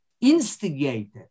instigated